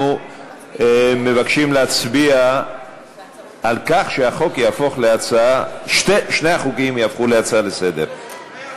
אנחנו מבקשים להצביע על כך ששני החוקים יהפכו להצעה לסדר-היום.